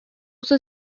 uso